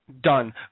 done